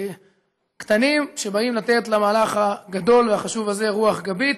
קטנים שבאים לתת למהלך הגדול והחשוב הזה רוח גבית